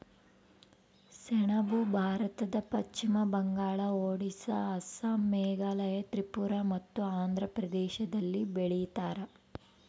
ಸೆಣಬು ಭಾರತದ ಪಶ್ಚಿಮ ಬಂಗಾಳ ಒಡಿಸ್ಸಾ ಅಸ್ಸಾಂ ಮೇಘಾಲಯ ತ್ರಿಪುರ ಮತ್ತು ಆಂಧ್ರ ಪ್ರದೇಶದಲ್ಲಿ ಬೆಳೀತಾರ